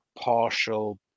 partial